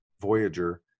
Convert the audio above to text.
Voyager